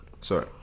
sorry